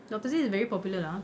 doctor zi is very popular ah